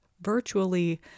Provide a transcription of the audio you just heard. virtually